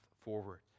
forward